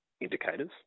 indicators